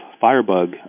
Firebug